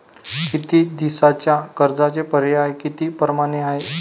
कमी दिसाच्या कर्जाचे पर्याय किती परमाने हाय?